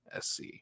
SC